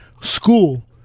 school